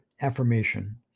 affirmation